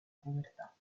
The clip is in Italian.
povertà